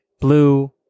blue